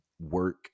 work